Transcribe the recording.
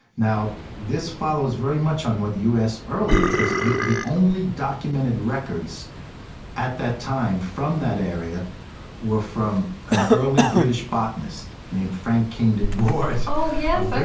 this follows very much on what you asked earlier because the the only documented records at that time from that area were from an early british botanist named frank kingdon ward oh, yeah so